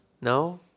No